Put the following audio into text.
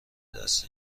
دست